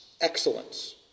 excellence